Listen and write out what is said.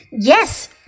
Yes